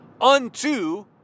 unto